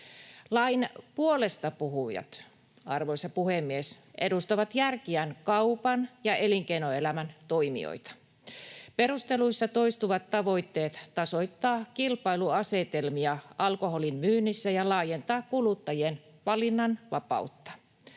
Lain puolesta puhujat, arvoisa puhemies, edustavat järkiään kaupan ja elinkeinoelämän toimijoita. Perusteluissa toistuvat tavoitteet tasoittaa kilpailuasetelmia alkoholin myynnissä ja laajentaa kuluttajien valinnanvapautta.